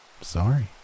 sorry